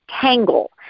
tangle